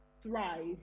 Thrive